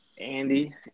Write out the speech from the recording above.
Andy